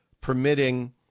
permitting